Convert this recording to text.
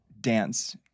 dance